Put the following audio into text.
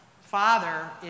father